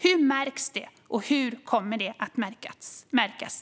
Hur märks det, och hur kommer det att märkas?